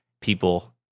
people